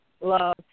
love